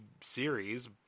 series